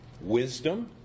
wisdom